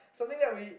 something that we